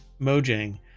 Mojang